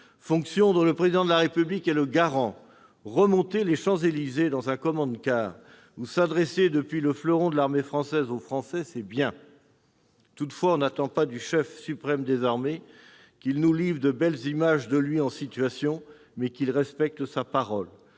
fonction dont le Président de la République est le garant. Remonter les Champs-Élysées dans un command-car ou s'adresser aux Français depuis le fleuron de la marine française, c'est bien. Toutefois, on attend du chef suprême des armées non qu'il nous livre de belles images de lui en situation, mais qu'il respecte sa parole.